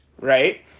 right